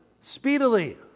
Speedily